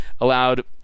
allowed